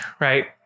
right